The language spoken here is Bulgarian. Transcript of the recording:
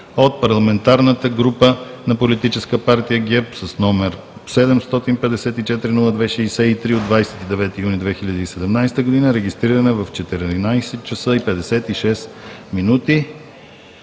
от парламентарната група на Политическа партия ГЕРБ, с № 754-02-63 от 29 юни 2017 г., регистриран е в 14 часа и 56 минути.